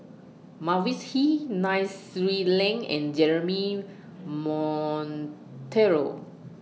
Mavis Hee Nai Swee Leng and Jeremy Monteiro